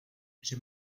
j’ai